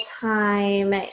time